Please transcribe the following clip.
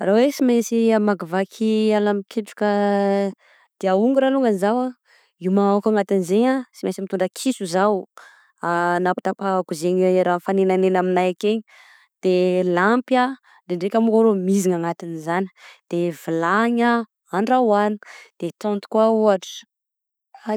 Ra hoe sy mainsy amakivaky ala mikitroka dia hongora longany zaho a, hiomanako agnatin'izegny sy mainsy mitondra kiso zaho anapatapahako zegny raha mifagnegnagnegna aminahy akegny, de lampy ndraindraika mo arô mizina agnatin'izany de vilany a andrahoagna de tenty koa ohatra.